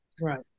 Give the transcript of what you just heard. Right